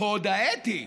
הקוד האתי,